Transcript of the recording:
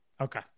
Okay